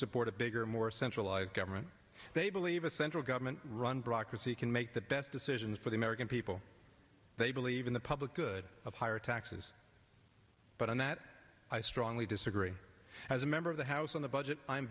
support a bigger more centralized government they believe a central government run blocker see can make the best decisions for the american people they believe in the public good of higher taxes but on that i strongly disagree as a member of the house on the budget i